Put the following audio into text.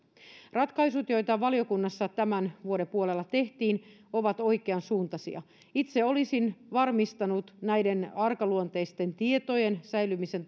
ratkaisut joita valiokunnassa tämän vuoden puolella tehtiin ovat oikeansuuntaisia itse olisin varmistanut näiden arkaluontoisten tietojen säilymisen